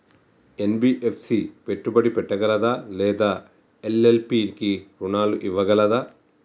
NBFC పెట్టుబడి పెట్టగలదా లేదా ఎల్.ఎల్.పి కి రుణాలు ఇవ్వగలదా?